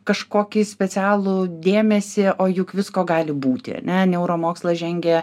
kažkokį specialų dėmesį o juk visko gali būti ane neuromokslas žengė